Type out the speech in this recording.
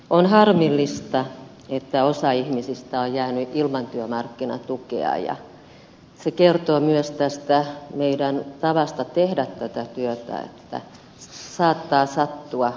on harmillista että osa ihmisistä on jäänyt ilman työmarkkinatukea ja se kertoo myös tästä meidän tavastamme tehdä tätä työtä että saattaa sattua virheitä